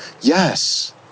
Yes